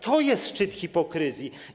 To jest szczyt hipokryzji.